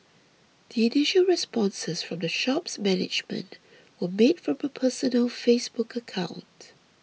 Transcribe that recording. the initial responses from the shop's management were made from a personal Facebook account